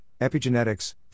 epigenetics